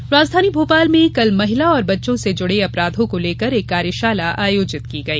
कार्यशाला राजधानी भोपाल में कल महिला और बच्चों से जुड़े अपराधों को लेकर एक कार्यशाला आयोजित की गई